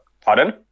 Pardon